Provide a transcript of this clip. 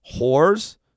whores